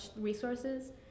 resources